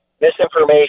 misinformation